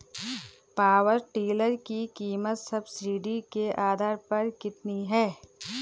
Power tiller की कीमत subsidy के आधार पर कितनी है?